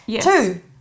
Two